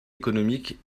économique